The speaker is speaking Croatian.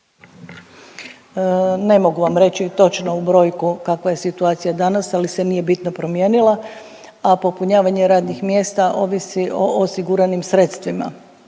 Ne mogu vam reći točno u brojku kakva je situacija danas, ali se nije bitno promijenila, a popunjavanje radnih mjesta ovisi o osiguranim sredstvima.